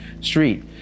street